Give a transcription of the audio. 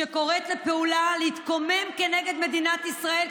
שקוראת לפעולה להתקומם כנגד מדינת ישראל,